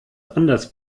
anders